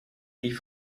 die